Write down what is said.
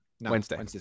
Wednesday